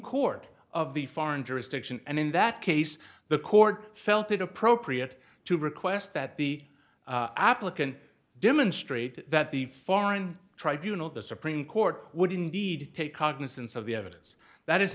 court of the foreign jurisdiction and in that case the court felt it appropriate to request that the applicant demonstrate that the foreign tribunals the supreme court would indeed take cognizance of the evidence that is